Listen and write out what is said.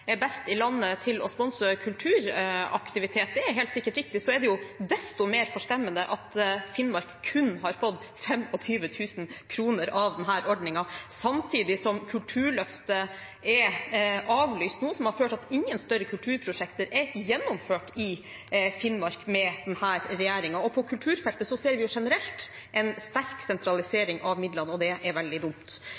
best i landet til å sponse kulturaktivitet – det er helt sikkert riktig – er det jo desto mer forstemmende at Finnmark kun har fått 25 000 kr av denne ordningen, samtidig som Kulturløftet er avlyst, noe som har ført til at ingen større kulturprosjekter er gjennomført i Finnmark med denne regjeringen. På kulturfeltet ser vi generelt en sterk